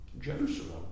Jerusalem